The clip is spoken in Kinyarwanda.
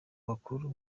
bakuru